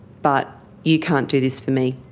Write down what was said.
but you can't do this for me,